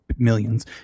millions